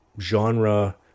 genre